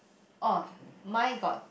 oh mine got